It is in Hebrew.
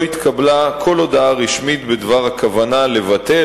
לא התקבלה כל הודעה רשמית בדבר הכוונה לבטל